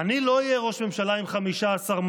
אני לא אהיה ראש ממשלה עם 15 מנדטים,